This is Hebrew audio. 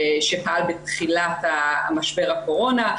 שפעל בתחילת משבר הקורונה.